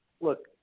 look